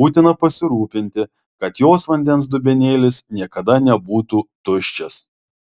būtina pasirūpinti kad jos vandens dubenėlis niekada nebūtų tuščias